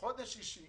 בחודש שישי